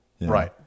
Right